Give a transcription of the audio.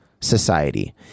society